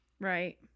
Right